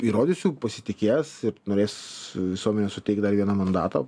įrodysiu pasitikės ir norės visuomenė suteikt dar vieną mandatą